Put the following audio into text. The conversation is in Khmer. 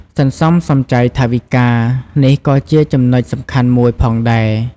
សន្សំសំចៃថវិកា: នេះក៏ជាចំណុចសំខាន់មួយផងដែរ។